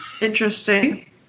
Interesting